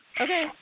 Okay